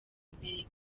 mbere